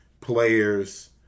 players